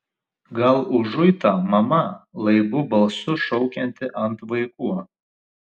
gal užuita mama laibu balsu šaukianti ant vaikų